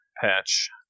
patch